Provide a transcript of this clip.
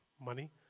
money